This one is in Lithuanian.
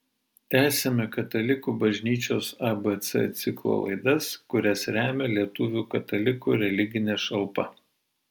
tęsiame katalikų bažnyčios abc ciklo laidas kurias remia lietuvių katalikų religinė šalpa